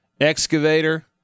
excavator